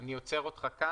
אני עוצר אותך כאן.